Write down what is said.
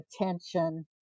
attention